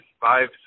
five